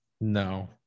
No